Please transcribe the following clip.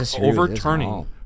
overturning